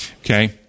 Okay